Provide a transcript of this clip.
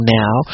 now